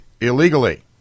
illegally